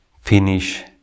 finish